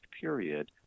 period